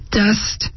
dust